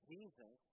Jesus